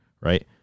right